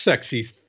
sexy